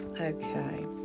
Okay